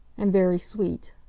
and very sweet.